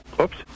Oops